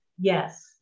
Yes